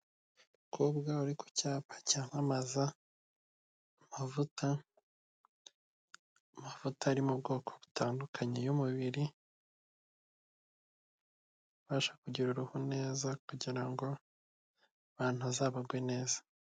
Umukobwa uri ku cyapa cyamamaza amavuta, amavuta ari mu bwoko butandukanye y'umubiri abasha kugira uruhu neza kugira ngo abantu azabagwe neza.